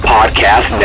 Podcast